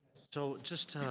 so just to